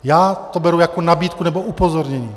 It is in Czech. Já to beru jako nabídku nebo upozornění.